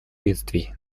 бедствий